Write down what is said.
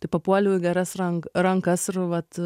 tai papuoliau į geras rank rankas ir vat